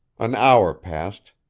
an hour passed,